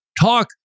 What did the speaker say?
talk